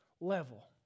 level